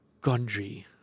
Gondry